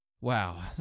wow